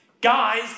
guys